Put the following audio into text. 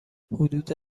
حدود